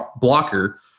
blocker